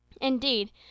indeed